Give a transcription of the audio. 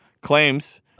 claims